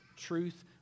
Truth